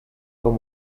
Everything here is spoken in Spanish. cual